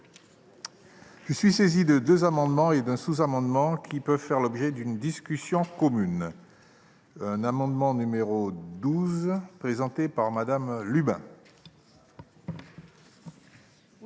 Je suis saisi de deux amendements et d'un sous-amendement faisant l'objet d'une discussion commune. L'amendement n° 12, présenté par Mme Lubin,